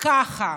ככה,